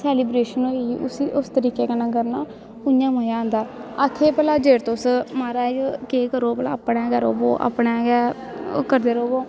celebration होई गेई उस्सी उस तरीके कन्नै करना उ'आं मजा औंदा आक्खे भला जेकर तुस म्हाराज केह् करो भला अपने गै र'वो अपने गै ओह् करदे र'वो